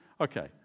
Okay